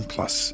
Plus